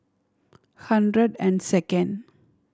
hundred and second